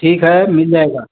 ठीक है मिल जाएगा